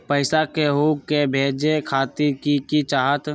पैसा के हु के भेजे खातीर की की चाहत?